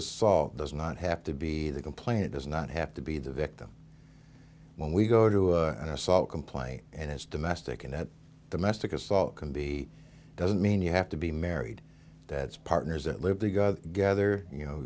assault does not have to be the complaint does not have to be the victim when we go to an assault complaint and it's domestic and the mastic assault can be doesn't mean you have to be married that's partners that live to go gather you know